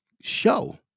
show